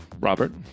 Robert